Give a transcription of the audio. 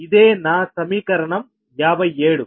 ఇదే నా సమీకరణం 57